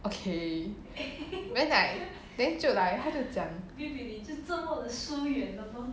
okay then like then 就 like 他就讲